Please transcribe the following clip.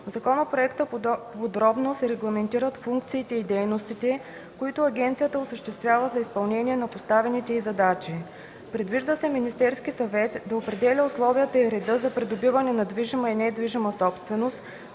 В законопроекта подробно се регламентират функциите и дейностите, които агенцията осъществява за изпълнение на поставените й задачи. Предвижда се Министерския съвет да определя условията и реда за придобиване на движима и недвижима собственост,